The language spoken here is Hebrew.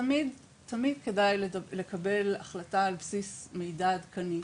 תמיד כדאי לקבל החלטה על בסיס מידע עדכני.